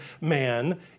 man